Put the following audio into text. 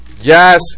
yes